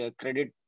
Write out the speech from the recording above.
credit